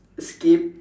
skip